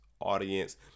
audience